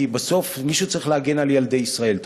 כי בסוף מישהו צריך להגן על ילדי ישראל.